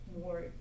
more